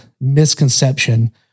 misconception